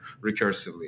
recursively